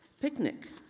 picnic